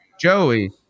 Joey